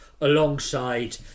alongside